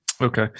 okay